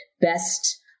best